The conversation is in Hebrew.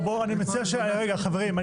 חברים,